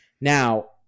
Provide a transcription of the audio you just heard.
Now